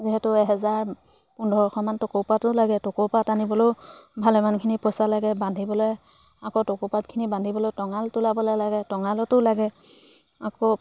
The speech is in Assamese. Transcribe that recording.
যিহেতু এহেজাৰ পোন্ধৰশ মান টকৌপাতো লাগে টকৌপাত আনিবলৈও ভালেমানখিনি পইচা লাগে বান্ধিবলৈ আকৌ টকৌপাতখিনি বান্ধিবলৈ টঙাল তোলাবলৈ লাগে টঙালতো লাগে আকৌ